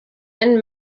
and